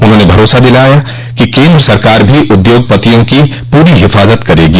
उन्होंने भरोसा दिया कि केन्द्र सरकार भी उद्योगपतियों की पूरी हिफाज़त करेगी